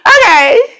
Okay